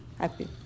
happy